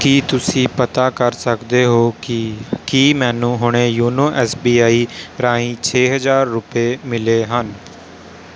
ਕੀ ਤੁਸੀਂਂ ਪਤਾ ਕਰ ਸਕਦੇ ਹੋ ਕਿ ਕੀ ਮੈਨੂੰ ਹੁਣੇ ਯੋਨੋ ਐਸ ਬੀ ਆਈ ਰਾਹੀਂ ਛੇ ਹਜ਼ਾਰ ਰੁਪਏ ਮਿਲੇ ਹਨ